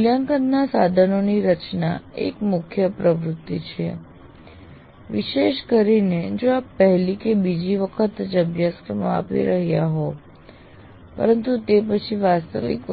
મૂલ્યાંકનના સાધનોની રચના એ એક મુખ્ય પ્રવૃત્તિ છે વિશેષ કરીને જો આપ પહેલી કે બીજી વખત જ અભ્યાસક્રમ આપી રહ્યા હોવ પરંતુ તે પછી